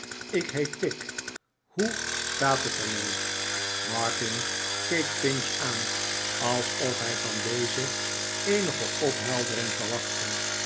ik heet tigg hoe staat het er mee martin keek pinch aan alsof hij van dezen eenige opheldering verwachtte